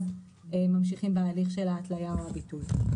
רק אז ממשיכים בהליך של ההתליה או הביטול.